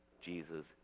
Jesus